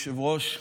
אדוני היושב-ראש,